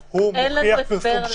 איך הוא מוכיח פרסום שגוי?